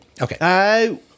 Okay